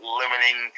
limiting